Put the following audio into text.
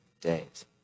days